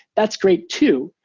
that's great too.